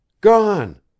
Gone